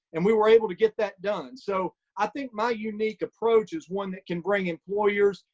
and we were able to get that done. so i think my unique approach is one that can bring employers,